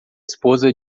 esposa